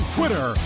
Twitter